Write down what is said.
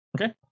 Okay